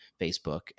Facebook